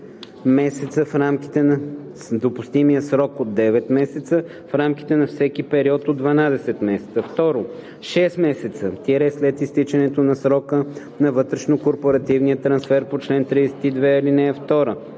на максимално допустимия срок от 9 месеца в рамките на всеки период от 12 месеца; 2. шест месеца – след изтичането на срока на вътрешнокорпоративния трансфер по чл. 32, ал. 2;